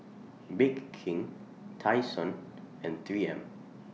Bake King Tai Sun and three M